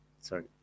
Sorry